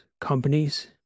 companies